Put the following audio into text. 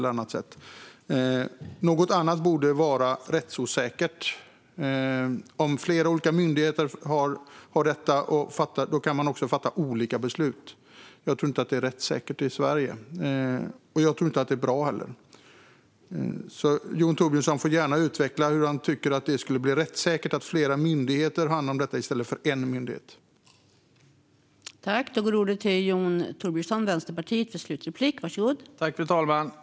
Något annat vore rättsosäkert. Om flera olika myndigheter har ansvar för detta kan de också fatta olika beslut. Jag tror inte att det är rättssäkert i Sverige, och jag tror inte heller att det är bra. Jon Thorbjörnson får gärna utveckla på vilket sätt han tycker att det skulle bli rättssäkert när flera myndigheter i stället för en myndighet har hand om detta.